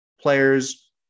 players